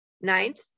Ninth